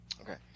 Okay